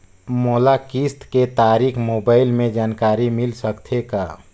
मोला किस्त के तारिक मोबाइल मे जानकारी मिल सकथे का?